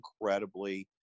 incredibly